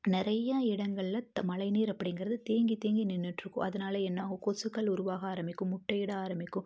நிறைய இடங்கள்ல மழைநீர் அப்படிங்கிறது தேங்கி தேங்கி நின்னுட்டு இருக்கும் அதனால என்ன ஆகும் கொசுக்கள் உருவாக ஆரம்பிக்கும் முட்டையிட ஆரம்பிக்கும்